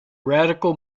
radical